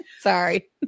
sorry